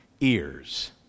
ears